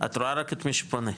את רואה רק את מי שפונה,